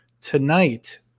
tonight